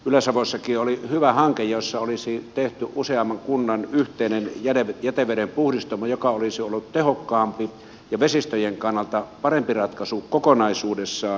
ylä savossakin oli hyvä hanke jossa olisi tehty useamman kunnan yhteinen jätevedenpuhdistamo joka olisi ollut tehokkaampi ja vesistöjen kannalta parempi ratkaisu kokonaisuudessaan